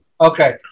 okay